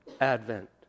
advent